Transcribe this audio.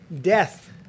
death